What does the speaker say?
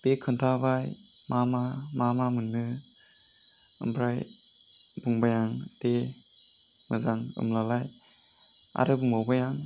बे खोन्थाबाय मा मा मोनो ओमफ्राय बुंबाय आं दे मोजां होमब्लालाय आरो बुंबावबाय आं